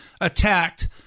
attacked